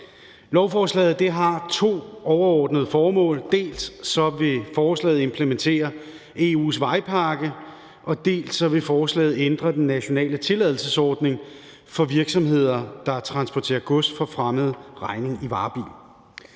Lovforslaget har to overordnede formål. Dels vil forslaget implementere EU's vejpakke, dels vil forslaget ændre den nationale tilladelsesordning for virksomheder, der transporterer gods for fremmed regning i varebil.